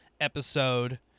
episode